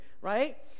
right